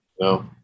No